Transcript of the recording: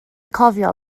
cofio